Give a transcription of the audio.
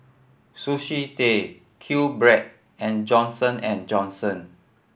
Sushi Tei Q Bread and Johnson and Johnson